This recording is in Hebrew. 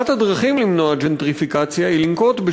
אחת הדרכים למנוע ג'נטריפיקציה היא לנקוט את